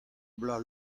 bloaz